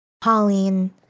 Pauline